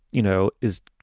you know, is,